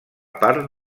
part